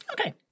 okay